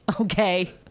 Okay